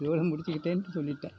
இதோட முடிச்சிக்கிட்டேன் சொல்லிவிட்டேன்